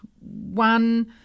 one